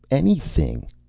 anything.